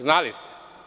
Znali ste.